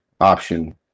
option